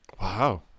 Wow